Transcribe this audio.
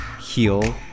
heal